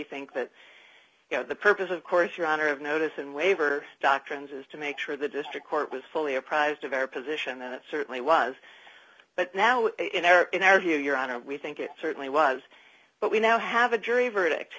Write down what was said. think that you know the purpose of course your honor of notice and waiver doctrines is to make sure the district court was fully apprised of our position and it certainly was but now in our view your honor we think it certainly was but we now have a jury verdict